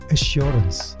Assurance